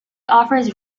offers